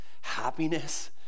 happiness